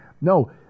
no